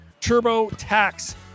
TurboTax